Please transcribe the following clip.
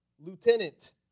Lieutenant